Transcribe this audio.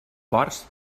ports